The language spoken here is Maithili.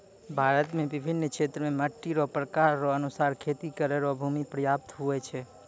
भारत मे बिभिन्न क्षेत्र मे मट्टी रो प्रकार रो अनुसार खेती करै रो भूमी प्रयाप्त हुवै छै